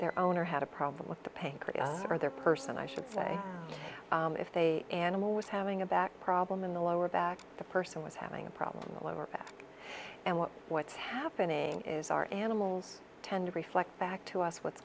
their owner had a problem with the pain korea or their person i should say if they animal was having a back problem in the lower back the person was having a problem in the lower back and what what's happening is our animals tend to reflect back to us what's